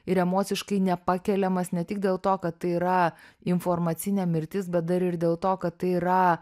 ir emociškai nepakeliamas ne tik dėl to kad tai yra informacinė mirtis bet dar ir dėl to kad tai yra